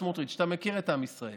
סמוטריץ': אתה מכיר את עם ישראל